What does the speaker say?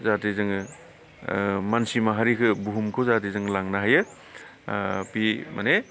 जाहाथे जोङो मानसि माहारिखौ बुहुमखौ जाहाथे जों लांनो हायो बे माने